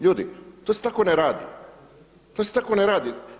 Ljudi to se tako ne radi, to se tako ne radi.